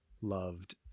loved